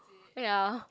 ya